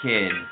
Kid